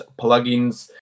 plugins